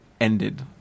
ended